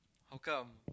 how come